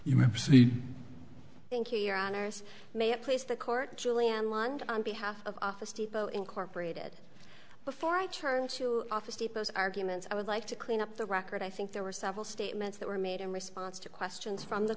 much thank you your honor this may it please the court julianne londe on behalf of office depot incorporated before i turn to office depot's arguments i would like to clean up the record i think there were several statements that were made in response to questions from the